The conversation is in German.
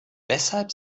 weshalb